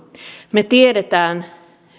me tiedämme